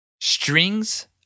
Strings